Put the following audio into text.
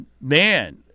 man